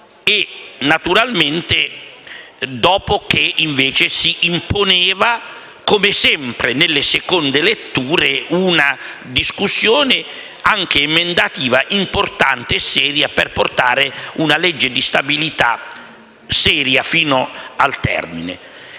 e, naturalmente, dopo che si imponeva, come sempre nelle seconde letture, una discussione anche emendativa importante e seria per portare una manovra seria fino al termine.